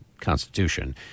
Constitution